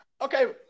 okay